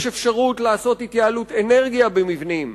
יש אפשרות לעשות התייעלות אנרגיה במבנים.